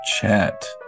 chat